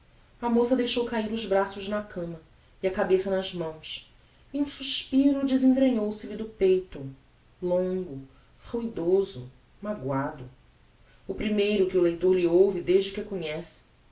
a moça deixou cair os braços na cama e a cabeça nas mãos e um suspiro desentranhou se lhe do peito longo ruidoso magoado o primeiro que o leitor lhe ouve desde que